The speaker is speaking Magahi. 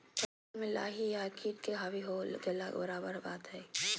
फसल में लाही या किट के हावी हो गेला बराबर बात हइ